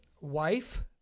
wife